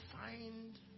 find